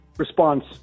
Response